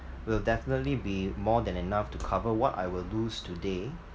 will definitely be more than enough to cover what I will lose today